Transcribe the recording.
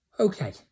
Okay